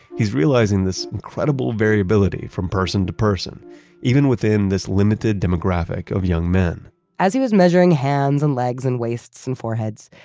he's realizing this incredible variability from person to person even within this limited demographic of young men as he was measuring hands and legs and waists and foreheads,